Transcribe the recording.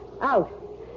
out